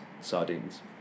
sardines